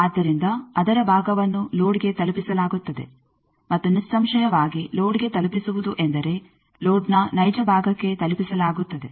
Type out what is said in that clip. ಆದ್ದರಿಂದ ಅದರ ಭಾಗವನ್ನು ಲೋಡ್ಗೆ ತಲುಪಿಸಲಾಗುತ್ತದೆ ಮತ್ತು ನಿಸ್ಸಂಶಯವಾಗಿ ಲೋಡ್ಗೆ ತಲುಪಿಸುವುದು ಎಂದರೆ ಲೋಡ್ನ ನೈಜ ಭಾಗಕ್ಕೆ ತಲುಪಿಸಲಾಗುತ್ತದೆ